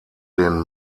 den